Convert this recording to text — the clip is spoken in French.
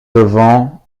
devant